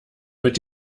mit